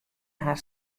har